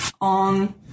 on